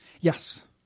Yes